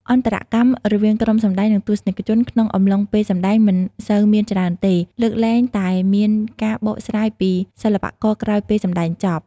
អន្តរកម្មរវាងក្រុមសម្តែង និងទស្សនិកជន ក្នុងអំឡុងពេលសម្ដែងមិនសូវមានច្រើនទេ លើកលែងតែមានការបកស្រាយពីសិល្បករក្រោយពេលសម្តែងចប់។